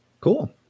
Cool